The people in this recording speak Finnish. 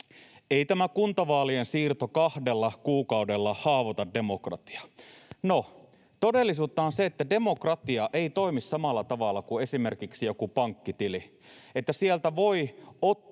ei tämä kuntavaalien siirto kahdella kuukaudella haavoita demokratiaa. No, todellisuutta on se, että demokratia ei toimi samalla tavalla kuin esimerkiksi joku pankkitili,